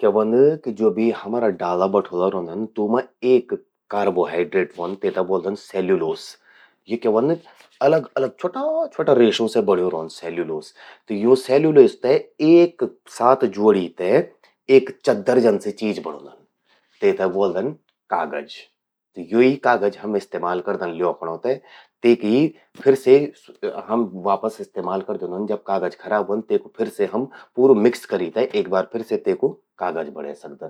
क्या ह्वंद...कि ज्वो हमरा डाला बठुला रौंदन तूमां एक कार्बोहाइड्रेट ह्वंद तेते ब्वोल्दन सेल्यूलोस। यो क्या ह्वंद अलग अलग छ्वोटा छ्वोटा रेश्यूं से बड़्यूं रौंद सेल्यूलोस। त यूं सेल्यूलोस ते एक साथ ज्वोड़ि ते एक चद्दर जनसि चीज बड़ौंदन। तेते ब्वोल्दन कागज। यो ही कागज हम इस्तेमाल करदन ल्योखड़ों ते। ते कि ही फिर से हम वापस से इस्तेमाल करि द्योंदन जब कागज खराब ह्वोंद, तेकु फिर से हम पूरू मिक्स करी ते एक बार फिर से तेकु कागज बणें सकदन।